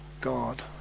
God